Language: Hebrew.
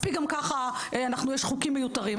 מספיק גם ככה יש חוקים מיותרים,